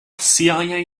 cia